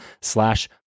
slash